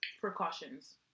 precautions